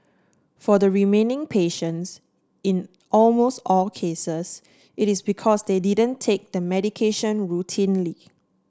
for the remaining patients in almost all cases it is because they didn't take the medication routinely